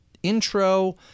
intro